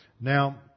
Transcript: Now